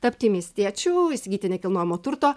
tapti miestiečiu įsigyti nekilnojamo turto